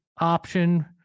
option